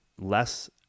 less